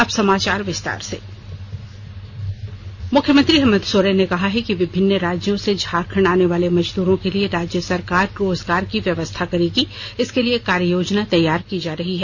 अब समाचार विस्तार से मुख्यमंत्री मुख्यमंत्री हेमन्त सोरेन ने कहा है कि विभिन्न राज्यों से झारखंड आने वाले मजदूरों के लिए राज्य सरकार रोजगार की व्यवस्था करेगी इसके लिए कार्ययोजना तैयार की जा रही है